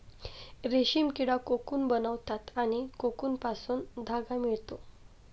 रेशीम किडा कोकून बनवतात आणि कोकूनपासून धागा मिळतो